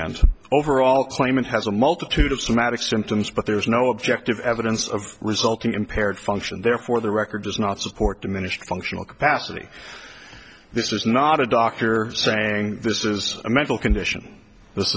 answer overall claimant has a multitude of sematic symptoms but there is no objective evidence of resulting impaired function therefore the record does not support diminished functional capacity this is not a doctor saying this is a mental condition this